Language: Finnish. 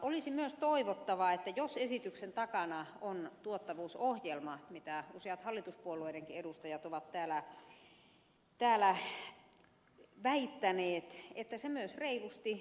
olisi myös toivottavaa että jos esityksen takana on tuottavuusohjelma mitä useat hallituspuolueidenkin edustajat ovat täällä väittäneet niin se myös reilusti kerrottaisiin